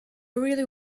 really